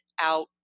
out